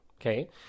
Okay